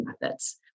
methods